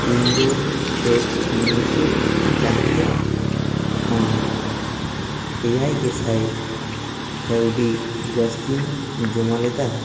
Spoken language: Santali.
ᱤᱧ ᱫᱚ ᱪᱮᱫ ᱢᱩᱪᱟᱹᱫ ᱡᱟᱦᱟᱸᱭ ᱠᱷᱚᱱ ᱮᱭᱟᱭ ᱜᱮᱥᱟᱭ ᱠᱟᱹᱣᱰᱤ ᱡᱟᱹᱥᱛᱤᱧ ᱡᱚᱢᱟ ᱞᱮᱫᱟ